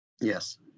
Yes